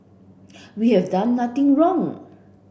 we have done nothing wrong